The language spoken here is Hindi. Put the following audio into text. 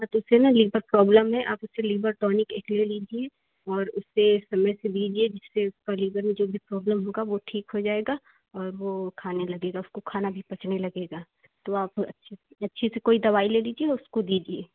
हाँ तो उसे ना लीवर प्रॉब्लम है आप उसे लीवर टॉनिक एक ले लीजिए और उससे समय से दीजिए जिससे उसका लीवर में जो भी प्रॉब्लम होगा वो ठीक हो जाएगा और वो खाने लगेगा उसको खाना भी पचने लगेगा तो आप अच्छी सी अच्छी सी कोई दवाई ले लीजिए उसको दीजिए